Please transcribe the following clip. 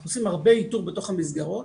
אנחנו עושים הרבה איתור בתוך המסגרות,